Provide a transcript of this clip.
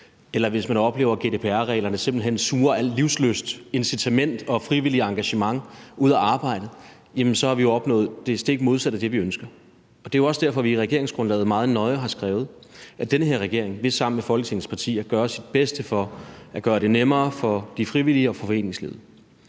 eller hvis man oplever, at GDPR-reglerne simpelt hen suger al livslyst, incitament og frivilligt engagement ud af arbejdet, har vi opnået det stik modsatte af det, vi ønskede. Det er også derfor, vi i regeringsgrundlaget meget nøje har skrevet, at den her regering sammen med Folketingets partier vil gøre sit bedste for at gøre det nemmere for de frivillige og for foreningslivet.